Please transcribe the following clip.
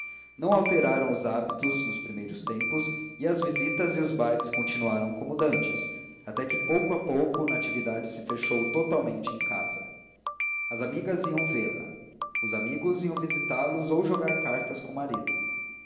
não alteraram os hábitos nos primeiros tempos e as visitas e os bailes continuaram como dantes até que pouco a pouco natividade se fechou totalmente em casa as amigas iam vê-la os amigos iam visitá los ou jogar cartas com o marido